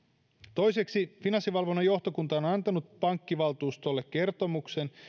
toiseksi finanssivalvonnan johtokunta on on antanut pankkivaltuustolle kertomuksen